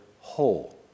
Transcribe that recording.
whole